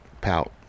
pout